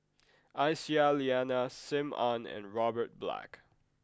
Aisyah Lyana Sim Ann and Robert Black